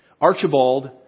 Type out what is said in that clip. Archibald